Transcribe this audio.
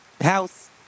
house